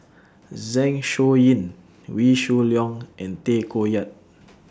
Zeng Shouyin Wee Shoo Leong and Tay Koh Yat